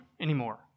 anymore